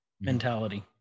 mentality